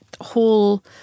whole